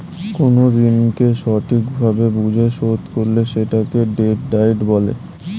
কোন ঋণকে সঠিক ভাবে বুঝে শোধ করলে সেটাকে ডেট ডায়েট বলে